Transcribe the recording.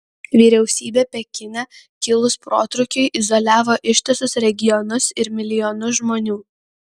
vyriausybė pekine kilus protrūkiui izoliavo ištisus regionus ir milijonus žmonių